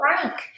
Frank